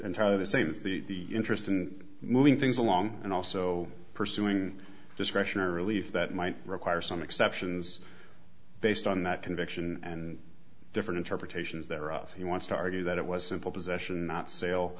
entirely the same as the interest in moving things along and also pursuing discretionary relief that might require some exceptions based on that conviction and different interpretations there of he wants to argue that it was simple